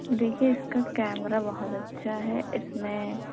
دیکھیے اِس کا کیمرہ بہت اچھا ہے اِس میں